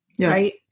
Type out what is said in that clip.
right